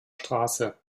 straße